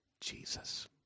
Jesus